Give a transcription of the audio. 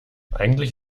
eigentlich